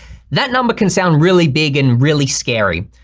that number can sound really big and really scary,